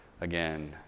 again